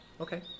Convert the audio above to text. Okay